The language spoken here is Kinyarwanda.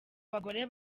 bagore